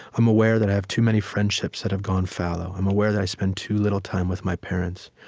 i'm aware that i have too many friendships that have gone fallow. i'm aware that i spend too little time with my parents,